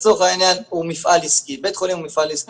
לצורך העניין בית החולים הוא מפעל עסקי,